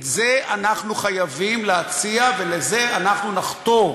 את זה אנחנו חייבים להציע, ולזה אנחנו נחתור.